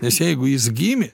nes jeigu jis gimė